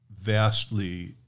vastly